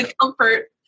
comfort